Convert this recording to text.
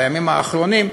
בימים האחרונים,